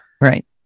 right